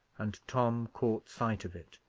and tom caught sight of it.